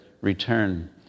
return